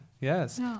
yes